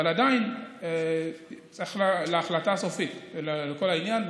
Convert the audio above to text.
אבל עדיין צריך את ההחלטה הסופית לכל העניין.